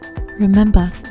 Remember